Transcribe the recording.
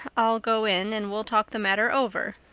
i'll go in and we'll talk the matter over,